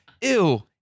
ew